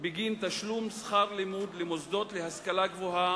בגין תשלום שכר לימוד למוסדות להשכלה גבוהה